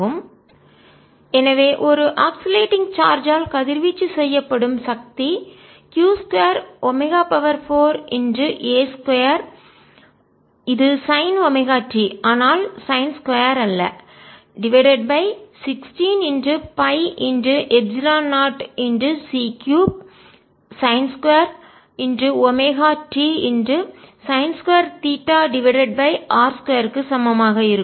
Sq2a21620c3sin2r2 ad2xdt2 2Asinωt எனவே ஒரு oscillating ஊசலாடும் சார்ஜ் ஆல் கதிர்வீச்சு செய்யப்படும் சக்தி q 2 ஒமேகா 4A2 இது சைன் ஒமேகா t ஆனால் சைன் 2 அல்லடிவைடட் பை 16 π எப்சிலன் 0 c3 சைன்2 ஒமேகா t சைன்2 தீட்டா டிவைடட் பை r2 க்கு சமமாக இருக்கும்